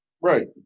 Right